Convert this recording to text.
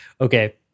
okay